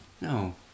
No